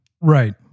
Right